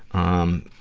um,